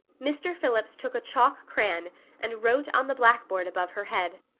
mr. phillips took a chalk crayon and wrote on the blackboard above her head.